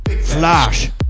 flash